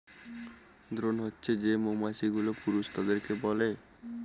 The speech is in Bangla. দ্রোন হছে যে মৌমাছি গুলো পুরুষ তাদেরকে বলে